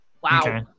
Wow